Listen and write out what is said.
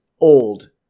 old